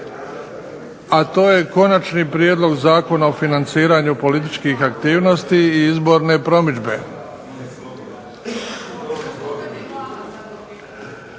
a to je Konačni prijedlog Zakona o financiranju političkih aktivnosti i izborne promidžbe.